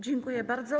Dziękuję bardzo.